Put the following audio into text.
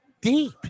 deep